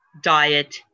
diet